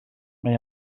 mae